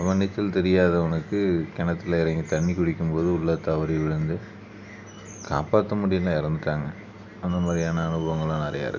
அவன் நீச்சல் தெரியாது அவனுக்கு கிணத்துல இறங்கி தண்ணி குடிக்கும் போது உள்ளே தவறி விழுந்து காப்பாற்ற முடியல இறந்துட்டாங்க அந்த மாதிரியான அனுபவங்கள்லாம் நிறையா இருக்குது